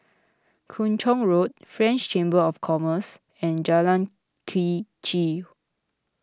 Kung Chong Road French Chamber of Commerce and Jalan Quee Chew